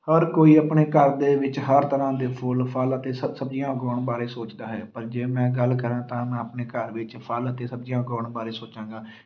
ਹਰ ਕੋਈ ਆਪਣੇ ਘਰ ਦੇ ਵਿੱਚ ਹਰ ਤਰ੍ਹਾਂ ਦੇ ਫੁੱਲ ਫਲ ਅਤੇ ਸ ਸਬਜ਼ੀਆਂ ਉਗਾਉਣ ਬਾਰੇ ਸੋਚਦਾ ਹੈ ਪਰ ਜੇ ਮੈਂ ਗੱਲ ਕਰਾਂ ਤਾਂ ਮੈਂ ਆਪਣੇ ਘਰ ਵਿੱਚ ਫਲ ਅਤੇ ਸਬਜ਼ੀਆਂ ਉਗਾਉਣ ਬਾਰੇ ਸੋਚਾਂਗਾ